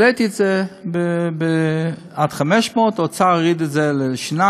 העליתי את זה עד 500. האוצר הוריד את זה לשיניים,